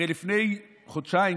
הרי לפני חודשיים,